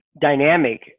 dynamic